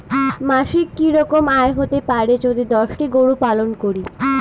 মাসিক কি রকম আয় হতে পারে যদি দশটি গরু পালন করি?